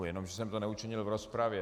Jenomže jsem to neučinil v rozpravě.